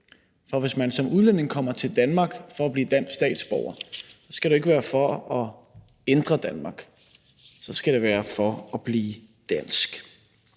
For hvis man som udlænding kommer til Danmark for at blive dansk statsborger, skal det ikke være for at ændre Danmark; så skal det være for at blive dansk.